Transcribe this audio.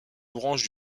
branche